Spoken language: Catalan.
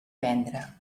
vendre